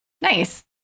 Nice